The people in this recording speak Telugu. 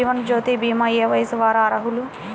జీవనజ్యోతి భీమా ఏ వయస్సు వారు అర్హులు?